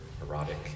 erotic